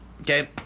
okay